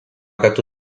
katu